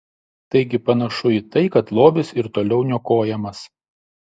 taigi panašu į tai kad lobis ir toliau niokojamas